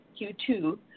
Q2